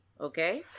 okay